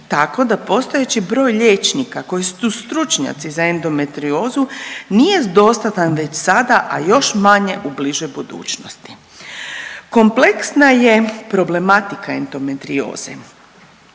tako da postojeći broj liječnika koji su stručnjaci za endometriozu nije dostatan već sada, a još manje u bližoj budućnosti. Kompleksna je problematika endometrioze,